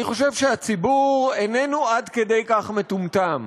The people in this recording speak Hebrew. אני חושב שהציבור איננו עד כדי כך מטומטם.